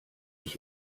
ich